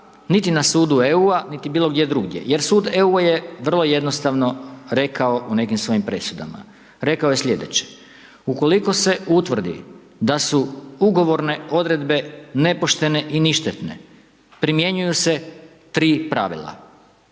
niti na sudu EU-a, niti bilo gdje drugdje jer sud EU-a je vrlo jednostavno rekao u nekim svojim presudama, rekao je slijedeće: „Ukoliko se utvrdi da su ugovorne odredbe nepoštene i ništetne, primjenjuju se tri pravila.